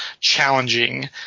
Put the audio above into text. challenging